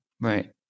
Right